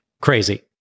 Crazy